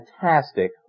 fantastic